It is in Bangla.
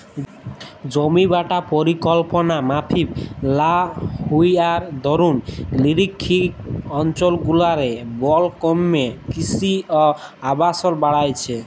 জমিবাঁটা পরিকল্পলা মাফিক লা হউয়ার দরুল লিরখ্খিয় অলচলগুলারলে বল ক্যমে কিসি অ আবাসল বাইড়হেছে